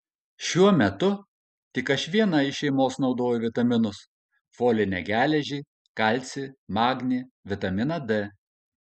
šiuo metu tik aš viena iš šeimos naudoju vitaminus folinę geležį kalcį magnį vitaminą d